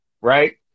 right